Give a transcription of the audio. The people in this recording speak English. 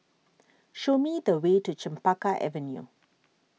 show me the way to Chempaka Avenue